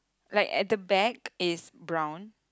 like at the back is brown